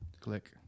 Click